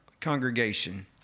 congregation